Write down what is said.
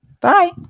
Bye